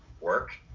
work